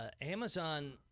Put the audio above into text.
Amazon